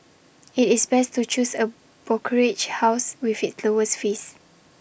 IT is best to choose A brokerage house with the lower fees